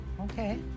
okay